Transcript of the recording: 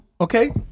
okay